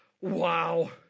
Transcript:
wow